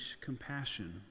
compassion